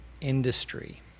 industry